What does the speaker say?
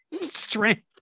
strength